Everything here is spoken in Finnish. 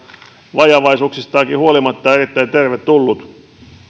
vajavaisuuksistaankin huolimatta erittäin tervetullut